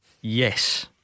Yes